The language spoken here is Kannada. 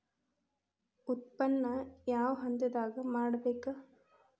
ಉತ್ಪನ್ನ ಯಾವ ಹಂತದಾಗ ಮಾಡ್ಬೇಕ್?